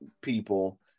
people